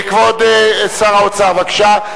כבוד שר האוצר, בבקשה.